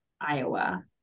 Iowa